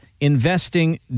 investing